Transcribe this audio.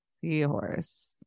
seahorse